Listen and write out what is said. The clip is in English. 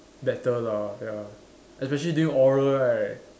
better lah ya especially during oral right